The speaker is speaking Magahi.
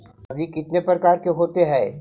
सब्जी कितने प्रकार के होते है?